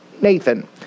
Nathan